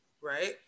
right